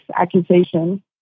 accusation